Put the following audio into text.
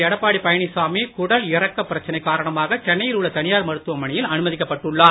எடப்பாடி பழனிசாமி குடல் இறக்கப் பிரச்சனை காரணமாக சென்னையில் உள்ள தனியார் மருத்துவமனையில் அனுமதிக்கப்பட்டுள்ளார்